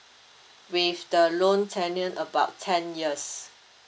with the loan tenant about ten years